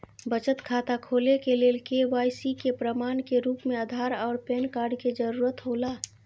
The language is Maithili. बचत खाता खोले के लेल के.वाइ.सी के प्रमाण के रूप में आधार और पैन कार्ड के जरूरत हौला